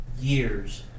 years